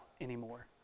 anymore